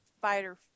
Fighter